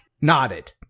nodded